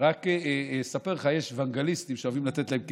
רק אספר לך, יש אוונגליסטים שאוהבים לתת להם כסף.